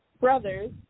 brothers